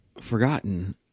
forgotten